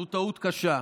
זו טעות קשה.